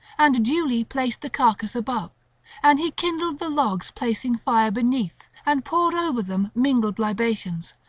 and duly placed the carcase above and he kindled the logs placing fire beneath, and poured over them mingled libations,